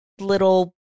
little